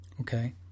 Okay